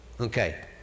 Okay